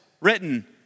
written